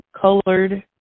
colored